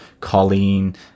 Colleen